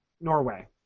Norway